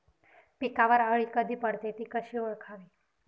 पिकावर अळी कधी पडते, ति कशी ओळखावी?